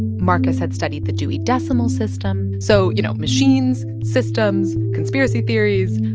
markus had studied the dewey decimal system, so, you know, machines, systems, conspiracy theories,